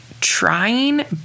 trying